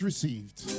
received